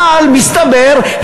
אבל מסתבר,